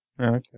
Okay